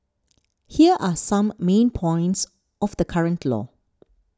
here are some main points of the current law